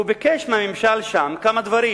הוא ביקש מהממשל שם כמה דברים.